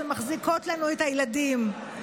שמחזיקות לנו את הילדים,